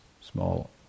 small